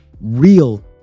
real